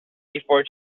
before